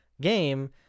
game